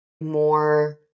more